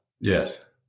Yes